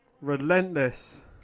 Relentless